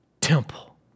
temple